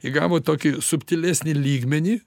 įgavo tokį subtilesnį lygmenį